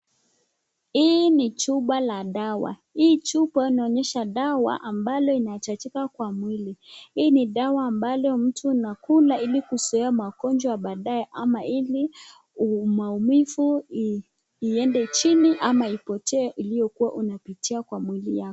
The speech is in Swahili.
Hii ni chupa la dawa. Hii chupa inaonyesha dawa ambalo linahitajika kwa mwili. Hii ni dawa ambalo mtu unakula ili kuzuia magonjwa baadae ama ili maumivu iendee chini ama ipotee uliokua unapitia kwa mwili yako.